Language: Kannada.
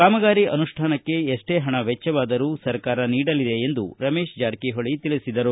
ಕಾಮಗಾರಿ ಅನುಷ್ಠಾನಕ್ಕೆ ಎಷ್ಷೇ ಹಣ ವೆಚ್ಚವಾದರೂ ಸರ್ಕಾರ ನೀಡಲಿದೆ ಎಂದು ರಮೇಶ ಜಾರಕಿಹೊಳಿ ತಿಳಿಸಿದರು